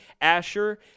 Asher